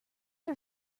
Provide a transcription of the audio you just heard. are